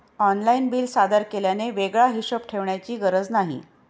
online bill सादर केल्याने वेगळा हिशोब ठेवण्याची गरज नाही